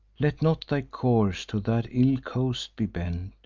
let not thy course to that ill coast be bent,